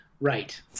Right